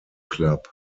club